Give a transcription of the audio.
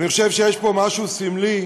אני חושב שיש פה משהו סמלי,